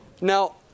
Now